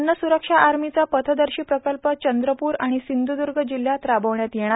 अन्न सुरक्षा आर्मीचा पथदर्शी प्रकल्प चंद्रपूर आणि सिंधुदुर्ग जिल्ह्यात राबविण्यात येणार